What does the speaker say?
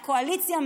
מהקואליציה,